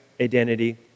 identity